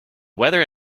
weather